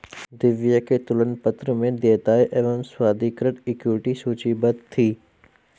दिव्या के तुलन पत्र में देयताएं एवं स्वाधिकृत इक्विटी सूचीबद्ध थी